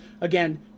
again